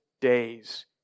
days